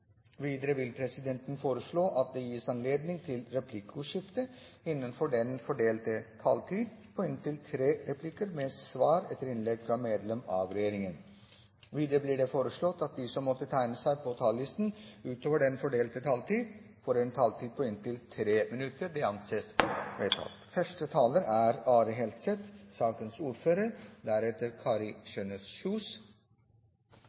Videre vil presidenten foreslå at det gis anledning til replikkordskifte på inntil tre replikker med svar etter innlegg fra medlem av regjeringen innenfor den fordelte taletid. Videre blir det foreslått at de som måtte tegne seg på talerlisten utover den fordelte taletid, får en taletid på inntil 3 minutter. – Det anses vedtatt.